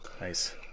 nice